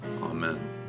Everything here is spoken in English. Amen